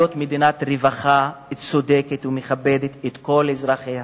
מדינת רווחה צודקת ומכבדת את כל אזרחיה